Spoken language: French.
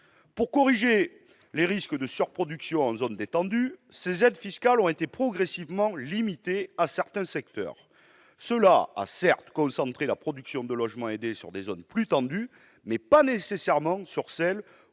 Pour corriger les risques de surproduction en zone détendue, ces aides fiscales ont été progressivement limitées à certains secteurs. Cela a certes permis de concentrer la production de logements aidés sur des zones plus tendues, mais pas nécessairement sur celles